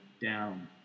down